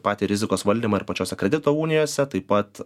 patį rizikos valdymą ir pačiose kredito unijose taip pat